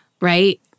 right